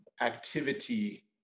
activity